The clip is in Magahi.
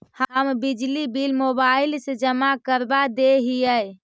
हम बिजली बिल मोबाईल से जमा करवा देहियै?